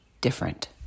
different